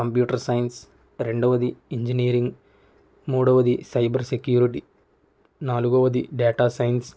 computer science రెండవది engineering మూడవది cyber security నాలుగవది డేటా సైన్స్